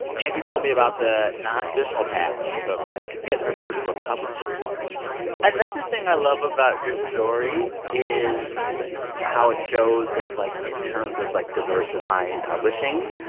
angie told me about the non-traditional path she took to get her first book published another thing i love about your story is how it shows that, like, in terms of, like, diversifying publishing,